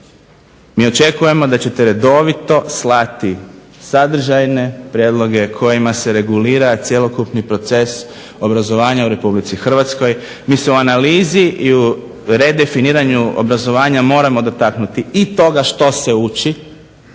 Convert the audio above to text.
Mi očekujemo da ćete redovito slati sadržajne prijedloge kojima se regulira cjelokupni proces obrazovanja u RH. Mi se u analizi i u redefiniranju obrazovanja moramo dotaknuti i toga što se uči